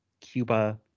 Cuba